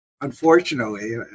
Unfortunately